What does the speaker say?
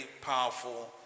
powerful